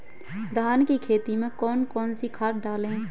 धान की खेती में कौन कौन सी खाद डालें?